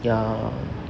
ya